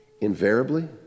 Invariably